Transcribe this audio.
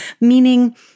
meaning